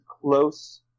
close